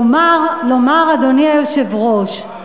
לומר, אדוני היושב-ראש,